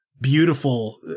beautiful